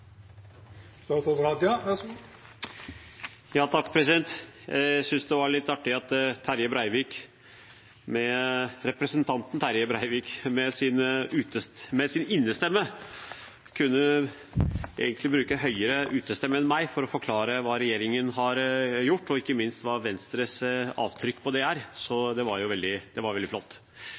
Det var litt artig at representanten Terje Breivik med sin innestemme kunne bruke høyere utestemme enn meg for å forklare hva regjeringen har gjort, og ikke minst hva Venstres avtrykk på det er. Det var veldig flott. Slik jeg også var